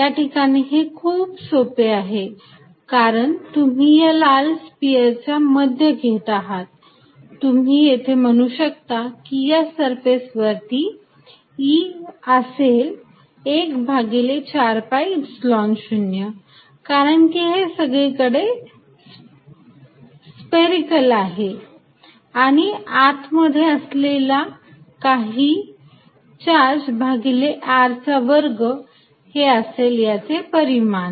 या ठिकाणी हे खूप सोपे आहे कारण तुम्ही या लाल स्पियर चा मध्य घेत आहात तुम्ही येते म्हणू शकता या सरफेस वरती E असेल एक भागिले 4 pi Epsilon 0 कारण की हे सगळे स्पेरीकल आहे तर आत मध्ये असलेला काही चार्ज भागिले R चा वर्ग हे असेल याचे परिमाण